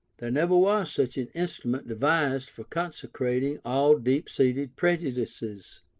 there never was such an instrument devised for consecrating all deep-seated prejudices.